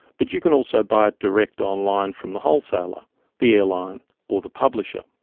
but you can also buy it direct online from the wholesaler the airline or the publisher.